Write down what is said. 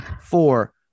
four